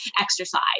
exercise